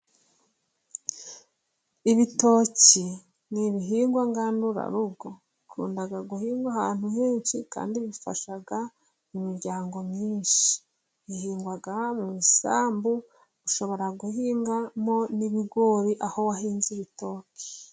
Ibitoki n'ibihingwa ngandura rugo, bikundwa guhingwa ahantu henshi kandi fifasha imiryango myinshi, bihingwa mu isambu, ushobora guhingamo n'ibigori, aho wahinze ibitoki.